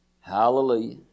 Hallelujah